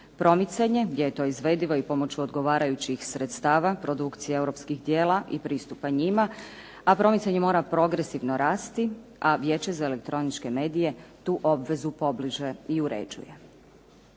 Promicanje, gdje je to izvedivo i pomoću odgovarajućih sredstava, produkcija europskih tijela i pristupa njima, a promicanje mora progresivno rasti, a Vijeće za elektroničke medije tu obvezu pobliže i uređuje.